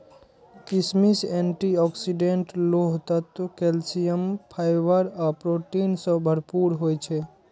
किशमिश antioxidant, लोह तत्व, कैल्सियम, फाइबर आ प्रोटीन सं भरपूर होइ छै